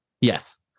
Yes